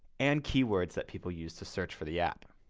and keywords that people use to search for the app.